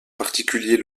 particulier